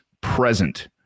present